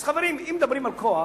אז חברים, אם מדברים על כוח,